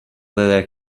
that